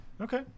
Okay